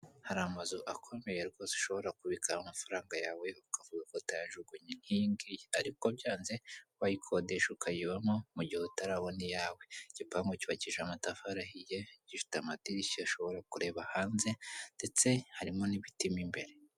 Hari amazu akomeye rwose ushobora kubikamo amafaranga yawe ukavuga ko utayajugunye nk'iyi ngiyi, ariko byanze wayikodesha ukayibamo mugihe utarabona iyawe. Igipangu cyubakije amatafari ahiye gifite amadirishya ashobora kureba hanze ndetse harimo n'ibitimo imbere.